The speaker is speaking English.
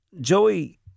Joey